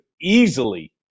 easily